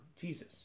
Jesus